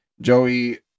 Joey